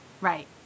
Right